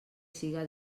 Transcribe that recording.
siga